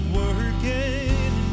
working